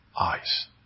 eyes